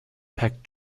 packed